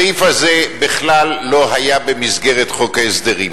הסעיף הזה בכלל לא היה במסגרת חוק ההסדרים.